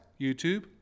YouTube